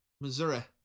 Missouri